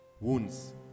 Wounds